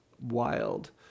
wild